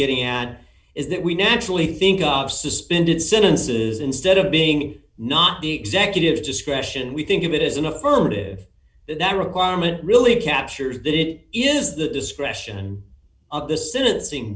getting at is that we naturally think of suspended sentences instead of being not the executive discretion we think of it as an affirmative that requirement really captures that it is the discretion of the s